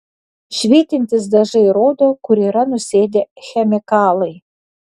švytintys dažai rodo kur yra nusėdę chemikalai